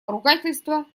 ругательство